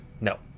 No